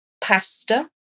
pasta